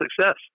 success